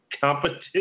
competition